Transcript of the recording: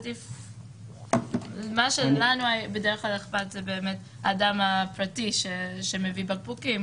לנו בדרך כלל אכפת מהאדם הפרטי, שמביא בקבוקים.